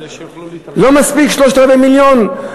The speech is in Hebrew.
לא מספיק שלושת-רבעי מיליון?